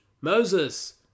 Moses